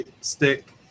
stick